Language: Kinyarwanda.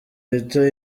rito